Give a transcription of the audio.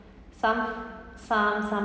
some some some